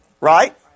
Right